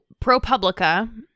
ProPublica